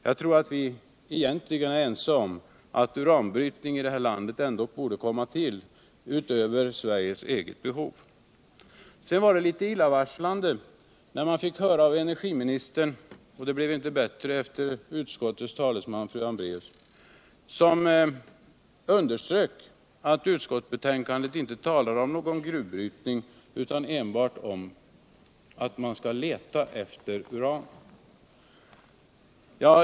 Jag tror att vi egentligen är ense om att uranbrytning i det här landet ändock borde ske och gå utöver Sveriges eget behov. Det vartlitet illavarslande att höra energiministern — och det blev inte bättre efter utskottets talesman fru Hambracus — som underströk att utskottsbetänkandet inte talar om någon gruvbrytning utan enbart om att man skall leta efter uran.